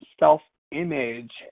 self-image